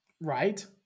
Right